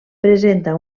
presenta